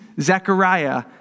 Zechariah